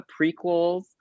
prequels